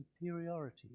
superiority